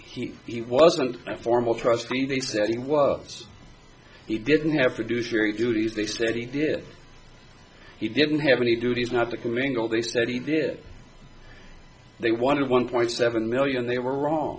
he he wasn't a formal trust me they said he was he didn't have to do three duties they said he did he didn't have any duties not to commingle they said he did they wanted one point seven million they were wrong